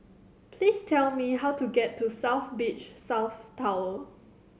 please tell me how to get to South Beach South Tower